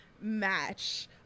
match